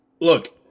Look